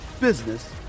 business